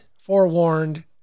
forewarned